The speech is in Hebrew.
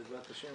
בעזרת השם,